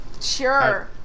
Sure